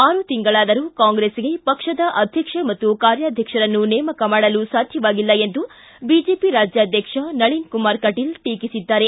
ಆರು ತಿಂಗಳಾದರೂ ಕಾಂಗ್ರೆಸ್ಗೆ ಪಕ್ಷದ ಅಧ್ಯಕ್ಷ ಮತ್ತು ಕಾರ್ಯಾಧ್ವಕ್ಷರನ್ನು ನೇಮಕ ಮಾಡಲು ಸಾಧ್ಯವಾಗಿಲ್ಲ ಎಂದು ಬಿಜೆಪಿ ರಾಜ್ಯಾಧ್ಯಕ್ಷ ನಳೀನ್ ಕುಮಾರ್ ಕಟೀಲ್ ಟೀಕಿಸಿದ್ದಾರೆ